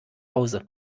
hause